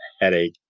headache